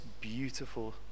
beautiful